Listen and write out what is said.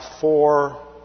four